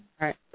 right